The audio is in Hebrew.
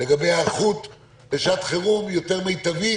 לגבי היערכות בשעת חירום יותר מיטבית